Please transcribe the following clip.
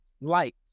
Light